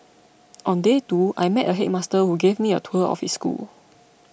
on day two I met a headmaster who gave me a tour of his school